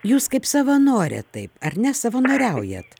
jūs kaip savanorė taip ar ne savanoriaujat